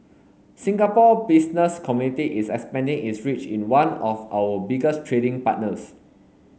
Singapore Business Community is expanding its reach in one of our biggest trading partners